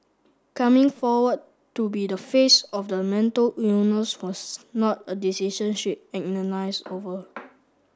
coming forward to be the face of the mental illness was not a decision she agonised over